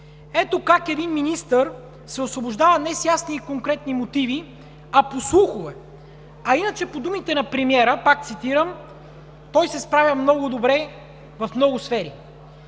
Ето как един министър се освобождава не с ясни и конкретни мотиви, а по слухове. Иначе, по думите на премиера, пак цитирам: „Той се справя много добре в много сфери.“